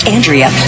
Andrea